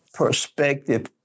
Perspective